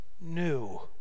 new